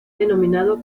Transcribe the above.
denominado